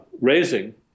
raising